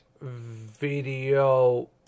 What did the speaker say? Video